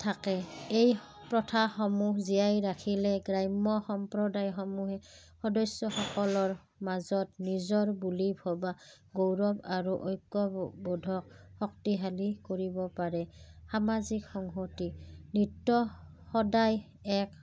থাকে এই প্ৰথাসমূহ জীয়াই ৰাখিলে গ্ৰাম্য সম্প্ৰদায়সমূহে সদস্যসকলৰ মাজত নিজৰ বুলি ভবা গৌৰৱ আৰু ঐক্যবোধক শক্তিশালী কৰিব পাৰে সামাজিক সংহতি নৃত্য সদায় এক